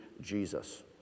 Jesus